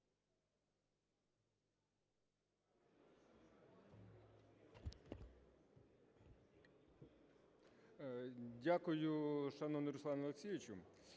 Дякую, шановний Руслан Олексійович.